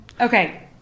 Okay